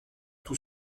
tout